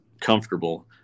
comfortable